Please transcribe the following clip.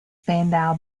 spandau